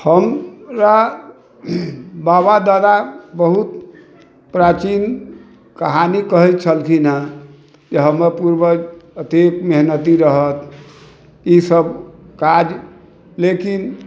हमरा बाबा दादा बहुत प्राचीन कहानी कहै छलखिनहँ जे हमर पूर्वज अथी मेहनती रहथि ई सभ काज लेकिन